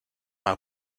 now